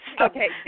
Okay